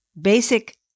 basic